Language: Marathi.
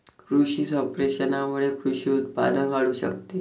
कृषी संप्रेषणामुळे कृषी उत्पादन वाढू शकते